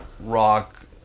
rock